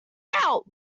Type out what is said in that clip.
out